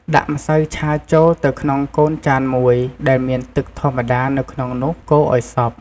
ដាក់ម្សៅឆាចូលទៅក្នុងកូនចានមួយដែលមានទឺកធម្មតានៅក្នុងនោះកូរឱ្យសព្វ។